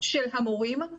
של המורים,